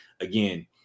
again